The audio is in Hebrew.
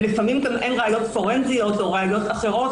ולפעמים גם אין ראיות פורנזיות או ראיות אחרות,